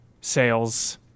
sales